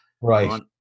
right